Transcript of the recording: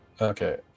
Okay